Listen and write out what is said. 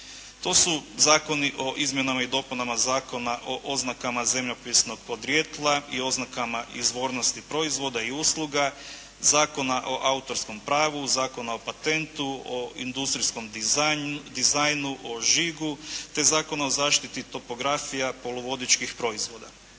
To su zakoni o izmjenama i dopunama Zakona o oznakama zemljopisnog podrijetla i oznakama izvornosti proizvoda i usluga, Zakona o autorskom pravu, Zakona o patentu, o industrijskom dizajnu, i žigu te Zakona o zaštiti topografija poluvodičkih proizvoda.